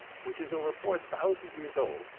which is over four thousand years old,